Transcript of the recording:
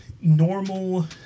normal